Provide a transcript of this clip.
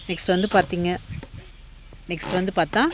next வந்து பார்த்திங்க next வந்து பார்த்தா